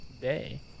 day